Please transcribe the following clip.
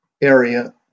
area